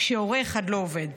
כשהורה אחד לא עובד.